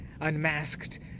unmasked